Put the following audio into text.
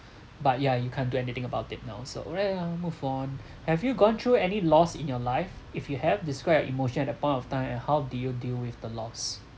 but yeah you can't do anything about it now so yeah move on have you gone through any loss in your life if you have describe a emotion at that point of time and how do you deal with the loss